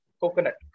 coconut